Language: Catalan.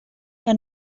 que